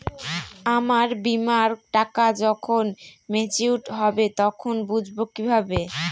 আমার বীমার টাকা যখন মেচিওড হবে তখন বুঝবো কিভাবে?